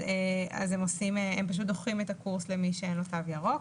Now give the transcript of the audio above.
הם פשוט דוחים את הקורס למי שאין לו תו ירוק.